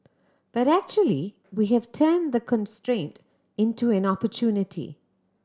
but actually we have turned the constraint into an opportunity